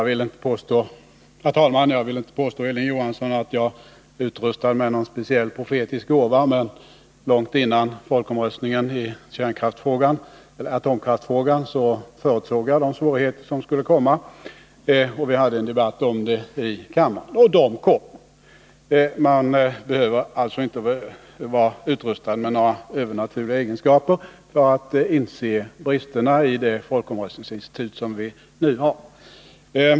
Herr talman! Jag vill inte påstå, Hilding Johansson, att jag är utrustad med någon speciell profetisk gåva, men långt innan folkomröstningen i atomkraftsfrågan ägde rum förutsåg jag de svårigheter som skulle komma — vi hade en debatt om det i kammaren — och de kom. Man behöver alltså inte ha några övernaturliga egenskaper för att inse bristerna i det folkomröstnings institut som vi nu har.